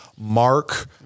mark